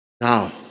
Now